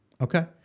Okay